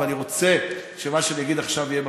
ואני רוצה שמה שאני אגיד עכשיו יהיה בפרוטוקול,